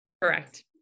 Correct